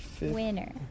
Winner